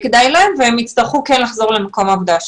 כדאי להם והם כן יצטרכו לחזור למקום העבודה שלהם.